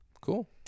Cool